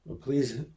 Please